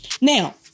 Now